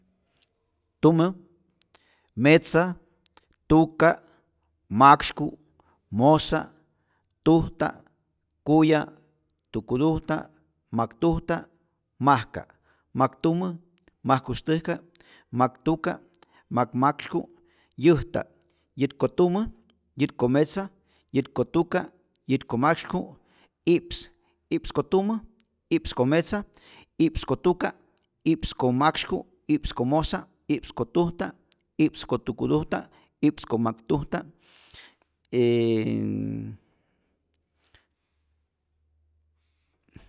Tumä metza tuka’ maksyku’ mojsa’ tujta’ kuya’ tukutujta’ majktujta’ majka’ maktumä majkustäjka maktuka’ makmaksyku’ yäjta’ yätkotumä yätkometza yätkotuka’ yätkomaksyku’ i’ps i’ps ko tumä i’ps ko metza i’ps ko tuka i’ps ko maksyku i’ps ko mojsa i’ps ko tujta i’ps ko tukutujta i’ps ko majtujta e